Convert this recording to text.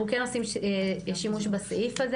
אנחנו כן עושים שימוש בסעיף הזה,